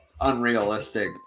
unrealistic